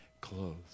clothes